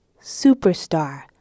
superstar